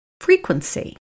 frequency